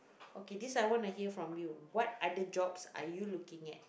okay this I want to hear from you what other jobs are you looking at